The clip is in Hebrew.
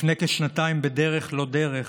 לפני כשנתיים, בדרך לא דרך,